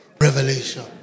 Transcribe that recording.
Revelation